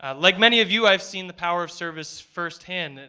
ah like many of you i have seen the power of service firsthand. and